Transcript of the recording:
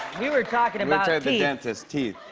we were talking about ah the dentist, teeth,